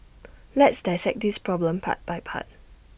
let's dissect this problem part by part